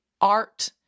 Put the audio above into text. art